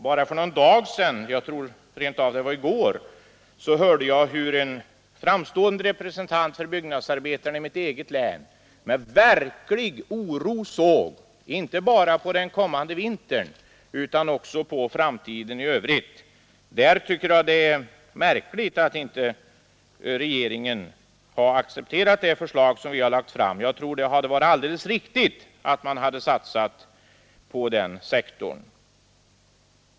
Bara för någon dag sedan hörde jag att en framstående representant för byggnadsarbetarna i mitt eget län med verklig oro såg inte bara på den kommande vintern, utan på framtiden i övrigt. Jag tycker det är märkligt att inte regeringen har accepterat det förslag som vi har lagt fram — jag tror att det hade varit alldeles riktigt att satsa på den här sektorn.